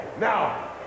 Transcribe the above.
now